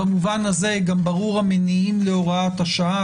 במובן הזה גם ברורים המניעים להוראת השעה.